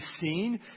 seen